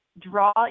draw